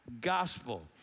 gospel